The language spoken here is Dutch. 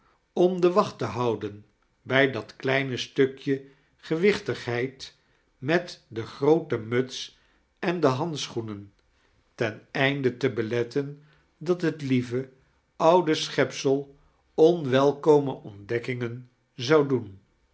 om de wacht te houden bij dat kleine stukje gewichtigheid met den g rooten mute en de handschoenen ten einde te belettea dat het lieve oude schepsel onwelkome ontdekkingen zou doen